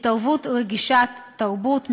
התערבות רגישת תרבות,